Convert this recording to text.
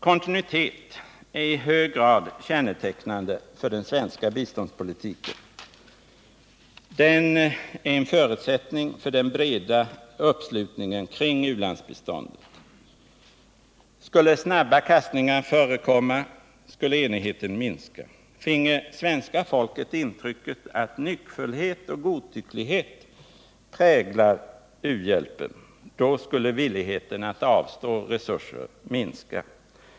Kontinuitet är i hög grad kännetecknande för den svenska biståndspolitiken. Den är en förutsättning för den breda uppslutningen kring ulandsbiståndet. Skulle snabba kastningar förekomma, skulle enigheten minska. Finge svenska folket intrycket att nyckfullhet och godtycklighet präglar u-hjälpen, skulle villigheten att avstå resurser minska.